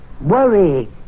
Worry